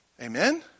Amen